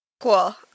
Cool